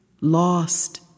lost